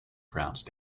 pronounced